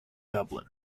dublin